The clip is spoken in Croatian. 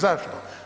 Zašto?